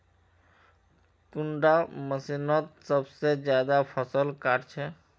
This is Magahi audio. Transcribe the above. कुंडा मशीनोत सबसे ज्यादा फसल काट छै?